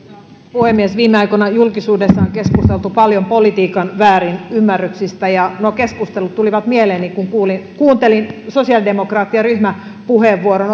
puhemies viime aikoina julkisuudessa on keskusteltu paljon politiikan väärinymmärryksistä nuo keskustelut tulivat mieleeni kun kuuntelin kuuntelin sosiaalidemokraattien ryhmäpuheenvuoron